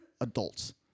adults